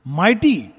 mighty